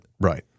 Right